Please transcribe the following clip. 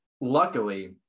luckily